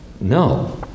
no